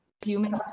human